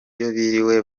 biriwe